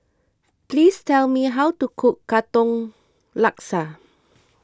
please tell me how to cook Katong Laksa